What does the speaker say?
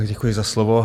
Děkuji za slovo.